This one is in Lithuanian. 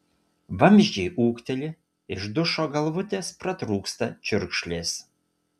vamzdžiai ūkteli iš dušo galvutės pratrūksta čiurkšlės